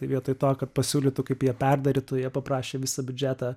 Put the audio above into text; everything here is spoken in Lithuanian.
tai vietoj to kad pasiūlytų kaip jie perdarytų jie paprašė visą biudžetą